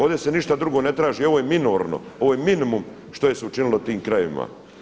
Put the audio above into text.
Ovdje se ništa drugo ne traži, ovo je minorno, ovo je minimum što je se učinilo tim krajevima.